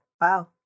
wow